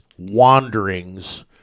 Wanderings